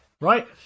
right